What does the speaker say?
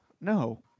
No